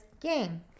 game